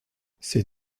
ces